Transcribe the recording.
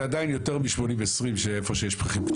זה עדיין יותר מ-80-20 איפה שיש פחים כתומים.